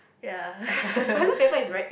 ya